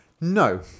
No